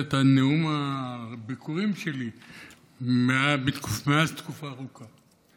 את נאום הביכורים שלי מזה תקופה ארוכה.